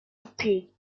appeared